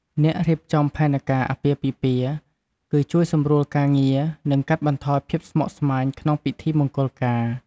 អ្នករៀបចំផែនការអាពាហ៍ពិពាហ៍ គឹជួយសម្រួលការងារ និងកាត់បន្ថយភាពស្មុគស្មាញវក្នុងពិធីមង្គលការ។